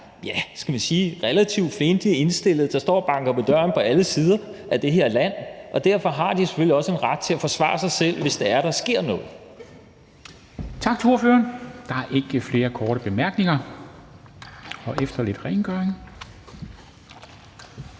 er, skal man sige relativt fjendtligt indstillede, der står og banker på døren, fra alle sider af det her land, og derfor har de selvfølgelig også en ret til at forsvare sig selv, hvis det er, der sker noget.